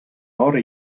hora